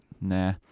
nah